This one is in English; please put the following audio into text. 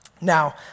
Now